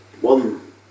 one